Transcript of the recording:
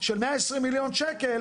של 120 מיליון שקלים,